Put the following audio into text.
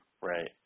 Right